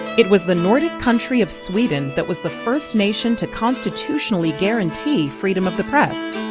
it was the nordic country of sweden that was the first nation to constitutionally guarantee freedom of the press.